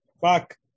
fuck